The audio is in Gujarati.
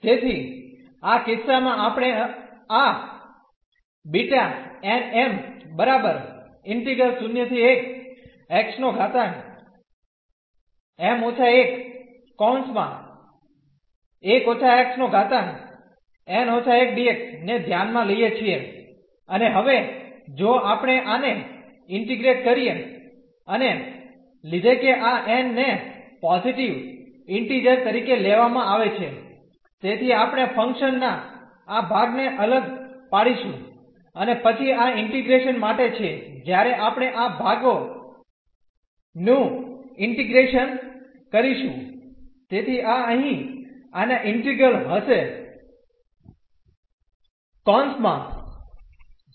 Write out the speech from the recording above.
તેથી આ કિસ્સામાં આપણે આ ને ધ્યાનમાં લઈએ છીએ અને હવે જો આપણે આને ઇન્ટીગ્રેટ કરીએ અને લીધે કે આ n ને પોઝીટીવ ઇન્ટીઝર તરીકે લેવામાં આવે છે તેથી આપણે ફંક્શન ના આ ભાગને અલગ પાડીશું અને પછી આ ઇન્ટીગ્રેશન માટે છે જ્યારે આપણે આ ભાગો નું ઇન્ટીગ્રેશન કરીશું